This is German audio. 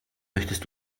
möchtest